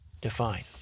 define